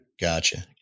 Gotcha